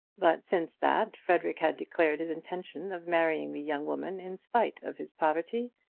but since that frederic had declared his intention of marrying the young woman in spite of his poverty,